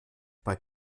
bei